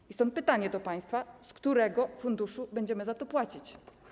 I stąd pytanie do państwa: Z którego funduszu będziemy za to płacić?